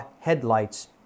headlights